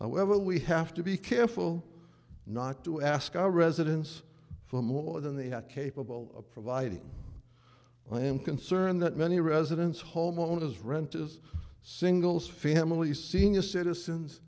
however we have to be careful not to ask our residence for more than they have capable of providing i am concerned that many residents homeowners rent is singles families senior citizens